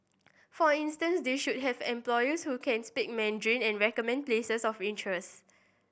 for instance they should have employees who can speak Mandarin and recommend places of interest